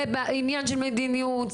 זה עניין של מדיניות.